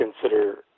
consider